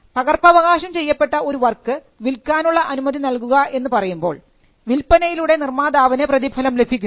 പകർപ്പവകാശം ചെയ്യപ്പെട്ട ഒരു വർക്ക് വിൽക്കാനുള്ള അനുമതി നൽകുക എന്ന് പറയുമ്പോൾ വിൽപനയിലൂടെ നിർമാതാവിന് പ്രതിഫലം ലഭിക്കുന്നു